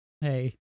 hey